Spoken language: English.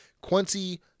Quincy